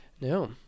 No